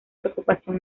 preocupación